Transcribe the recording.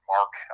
Mark